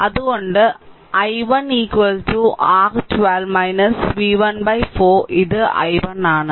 അതിനാൽ i1 r 12 v1 4 ഇത് i1 ആണ്